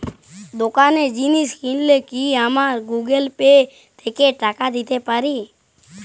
দোকানে জিনিস কিনলে কি আমার গুগল পে থেকে টাকা দিতে পারি?